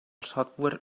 software